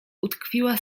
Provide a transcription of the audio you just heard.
utkwiła